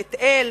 בית-אל,